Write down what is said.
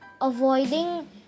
avoiding